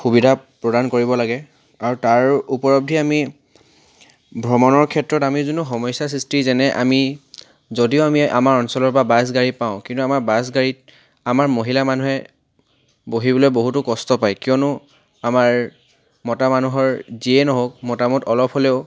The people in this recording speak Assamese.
সুবিধা প্ৰদান কৰিব লাগে আৰু তাৰ উপলব্ধি আমি ভ্ৰমণৰ ক্ষেত্ৰত আমি যোনটো সমস্যাৰ সৃষ্টি যেনে আমি যদিও আমি আমাৰ অঞ্চলৰ পৰা বাছ গাড়ী পাওঁ কিন্তু আমাৰ বাছ গাড়ীত আমাৰ মহিলা মানুহে বহিবলৈ বহুতো কষ্ট পায় কিয়নো আমাৰ মতা মানুহৰ যিয়ে নহওক মতামত অলপ হ'লেও